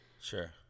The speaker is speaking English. sure